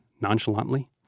Nonchalantly